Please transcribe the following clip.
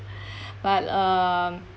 but um